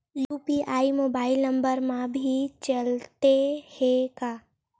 UPI mobile number मा भी चलते हे का?